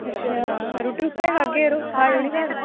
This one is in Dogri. अच्छा रूट्टी उत्थै गै खाह्गे यरो खाएओ निं घर